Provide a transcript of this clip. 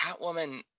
Catwoman